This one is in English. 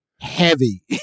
heavy